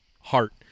heart